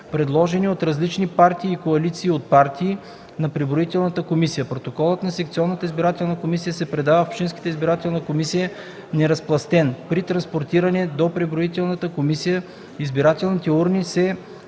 предложени от различни партии и коалиции от партии, на преброителната комисия. Протоколите на секционната избирателна комисия се предават в общинската избирателна комисия неразпластени. При транспортиране до преброителната комисия избирателните урни се охраняват